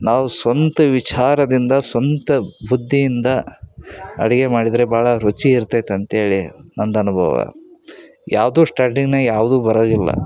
ನಾವು ಸ್ವಂತ ವಿಚಾರದಿಂದ ಸ್ವಂತ ಬುದ್ಧಿಯಿಂದ ಅಡುಗೆ ಮಾಡಿದರೆ ಭಾಳ ರುಚಿ ಇರ್ತೈತೆ ಅಂತೇಳಿ ನಂದು ಅನುಭವ ಯಾವುದೂ ಸ್ಟಾಟಿಂಗ್ನಾಗ ಯಾವುದೂ ಬರೋದಿಲ್ಲ